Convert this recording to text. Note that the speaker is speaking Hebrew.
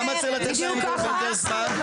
למה צריך לתת כל כך הרבה זמן?